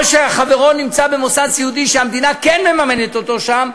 או שחברו נמצא במוסד סיעודי שהמדינה כן מממנת אותו שם,